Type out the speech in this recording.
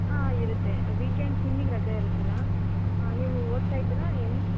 ಹಾಂ ಇರುತ್ತೆ ವೀಕೆಂಡ್ಸ್ ನಿಮಗ್ ರಜಾ ಇರುತ್ತಲ್ವಾ ಹಾಂ ನೀವು ಓದ್ತಾ ಇದ್ದೀರಾ ಏನು